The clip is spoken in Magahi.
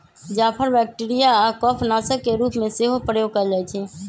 जाफर बैक्टीरिया आऽ कफ नाशक के रूप में सेहो प्रयोग कएल जाइ छइ